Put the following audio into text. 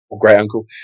great-uncle